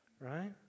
right